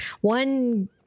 one